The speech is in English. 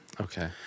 Okay